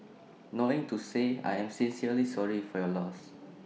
knowing to say I am sincerely sorry for your loss